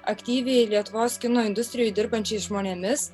aktyviai lietuvos kino industrijoj dirbančiais žmonėmis